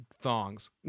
thongs